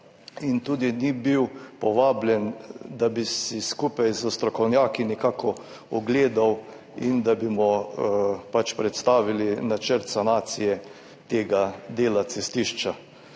in tudi ni bil povabljen, da bi si skupaj s strokovnjaki nekako ogledal in da bi mu pač predstavili načrt sanacije tega dela cestišča.